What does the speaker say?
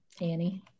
Annie